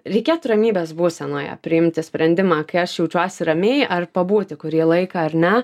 reikėtų ramybės būsenoje priimti sprendimą kai aš jaučiuosi ramiai ar pabūti kurį laiką ar ne